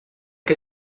que